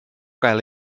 gael